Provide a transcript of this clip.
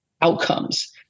outcomes